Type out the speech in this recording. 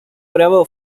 bravo